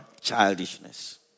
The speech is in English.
childishness